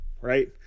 Right